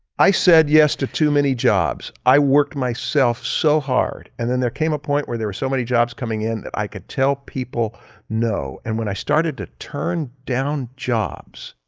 i said, yes, to too many jobs. i worked myself so hard. and then there came a point where there were so many jobs coming in that i could tell people no. and when i started to turn down jobs,